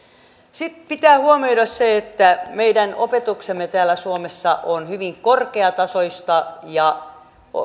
sitten pitää huomioida se että meidän opetuksemme täällä suomessa on hyvin korkeatasoista ja